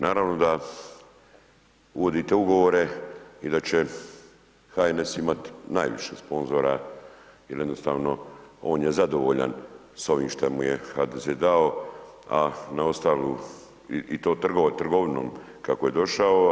Naravno da uvodite ugovore i da će HNS imati najviše sponzora jer jednostavno, on je zadovoljan s ovim što mu je HDZ dao, a na osnovu i to trgovinom kako je došao.